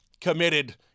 committed